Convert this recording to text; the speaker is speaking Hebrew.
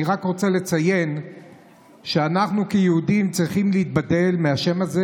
אני רק רוצה לציין שאנחנו כיהודים צריכים להיבדל מהשם הזה,